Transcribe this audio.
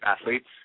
athletes